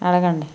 అడగండి